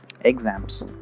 exams